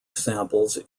samples